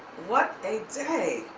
what a day.